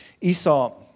Esau